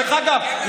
דרך אגב,